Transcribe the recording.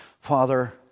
Father